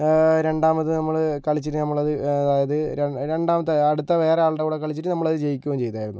രണ്ടാമത് നമ്മള് കളിച്ചിട്ട് നമ്മളത് അതായത് രണ്ടാമത്തെ അടുത്ത വേറെ ആളുടെ കൂടെ കളിച്ചിട്ട് നമ്മളത് ജയിക്കുകയും ചെയ്തായിരുന്നു